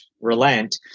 relent